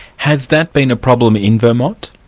has that been a problem in vermont?